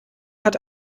hat